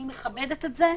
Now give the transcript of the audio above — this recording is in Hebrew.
אני מכבדת את זה,